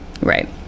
Right